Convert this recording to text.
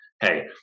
hey